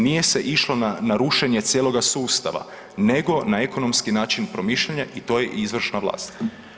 Nije se išlo na, na rušenje cijeloga sustava nego na ekonomski način promišljanja i to je izvršna vlast.